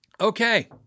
Okay